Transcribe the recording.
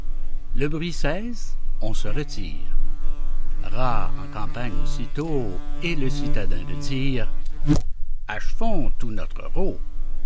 le bruit cesse on se retire rats en campagne aussitôt et le citadin de dire achevons tout notre rôt